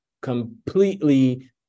completely